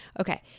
Okay